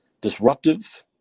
disruptive